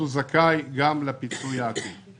זכאי גם לפיצוי העקיף.